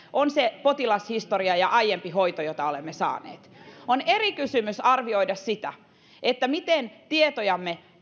on se potilashistoria ja aiempi hoito jota olemme saaneet on eri kysymys arvioida sitä miten tietojamme